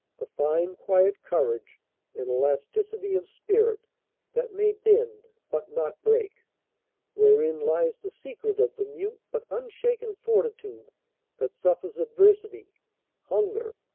the fine quiet courage and elasticity of spirit that may bend but not break wherein lies the secret of the mute but unshaken fortitude that suffers adversity hunger,